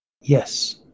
yes